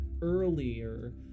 earlier